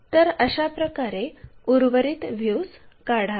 तर अशाप्रकारे उर्वरित व्ह्यूज काढावेत